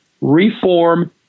reform